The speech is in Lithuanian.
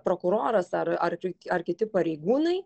prokuroras ar ar ar kiti pareigūnai